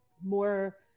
more